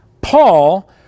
Paul